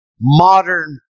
modern